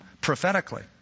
prophetically